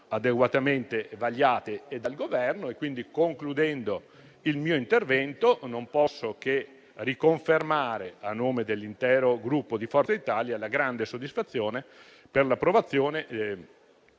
adeguatamente vagliate dal Governo. Quindi, concludendo il mio intervento, non posso che riconfermare, a nome dell'intero Gruppo Forza Italia, la grande soddisfazione per l'approvazione